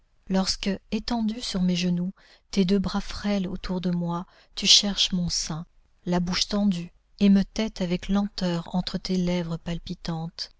lorsque étendue sur mes genoux tes deux bras frêles autour de moi tu cherches mon sein la bouche tendue et me tettes avec lenteur entre tes lèvres palpitantes